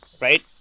right